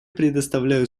предоставляю